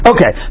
Okay